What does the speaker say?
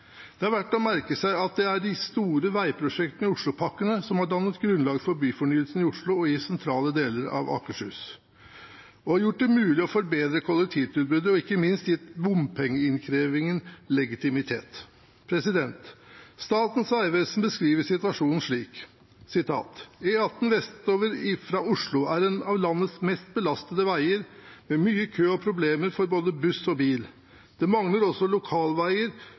Det er verdt å merke seg at det er de store veiprosjektene i oslopakkene som har dannet grunnlaget for byfornyelsen i Oslo og i sentrale deler av Akershus, og som har gjort det mulig å forbedre kollektivtilbudet og ikke minst gi bompengeinnkrevingen legitimitet. Statens vegvesen beskriver situasjonen slik: «E18 vestover fra Oslo er en av landets mest belastede veger, med mye kø og problemer for både buss og bil. Det mangler også